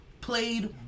played